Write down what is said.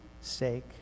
sake